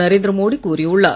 நரேந்திர மோடி கூறியுள்ளார்